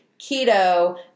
keto